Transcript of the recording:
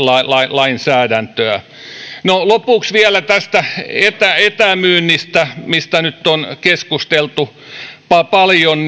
lainsäädäntöä lopuksi vielä tästä etämyynnistä mistä nyt on keskusteltu paljon